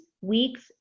weeks